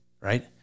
right